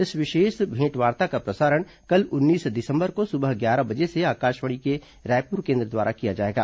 इस विशेष भेंटवार्ता का प्रसारण कल उन्नीस दिसंबर को सुबह ग्यारह बजे से आकाशवाणी के रायपुर केन्द्र द्वारा किया जाएगा